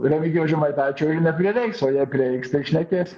remigijaus žemaitaičio ir neprireiks o jei prireiks tiek šnekės